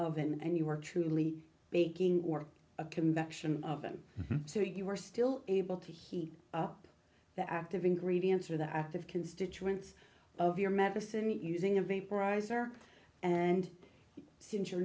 of and you are truly baking or a convection oven so you are still able to heat up the active ingredients are the active constituents of your medicine using a vaporizer and since you're